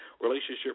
relationship